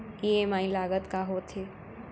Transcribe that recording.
EMI लागत का होथे?